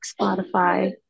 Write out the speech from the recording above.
Spotify